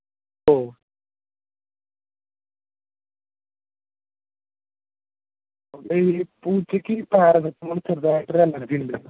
ഓ പൂച്ചക്ക് പാരസെറ്റമോൾ ചെറുതായിട്ട് ഒരു അലർജി ഉണ്ടായിരുന്നു